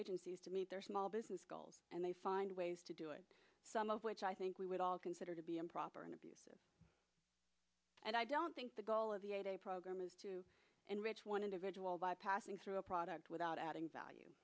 agencies to meet their small business goals and they find ways to do it some of which i think we would all consider to be improper and abusive and i don't think the goal of the a program is to enrich one individual by passing through a product without adding value